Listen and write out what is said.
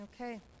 okay